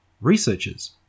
Researchers